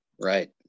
right